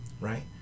right